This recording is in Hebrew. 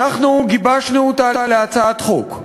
אנחנו גיבשנו אותה להצעת החוק,